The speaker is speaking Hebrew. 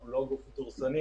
אנחנו לא גוף דורסני,